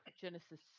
Genesis